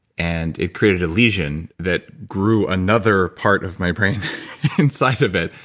and it created a lesion that grew another part of my brain inside of it,